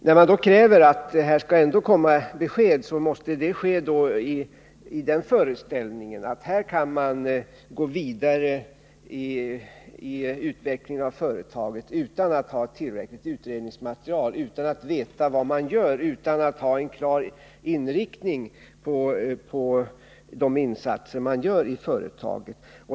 När man ändå kräver att här skall ges besked måste man göra det i den föreställningen att man kan gå vidare i utvecklingen av företaget utan att ha tillräckligt utredningsmaterial, utan att veta vad man gör, utan att ha en klar inriktning av de insatser man gör i företaget.